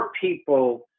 people